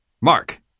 Mark